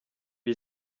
les